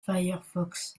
firefox